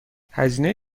هزینه